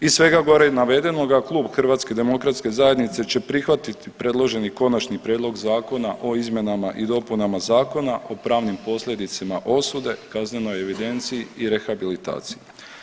Iz svega gora navedenoga Klub HDZ-a će prihvatit predloženi Konačni prijedlog zakona o izmjenama i dopunama Zakona o pravnim posljedicama osude, kaznenoj evidenciji i rehabilitaciji.